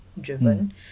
driven